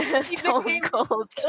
stone-cold